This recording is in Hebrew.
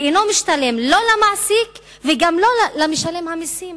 ואינו משתלם לא למעסיק וגם לא למשלם המסים.